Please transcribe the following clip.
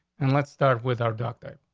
and let's start with our doctor.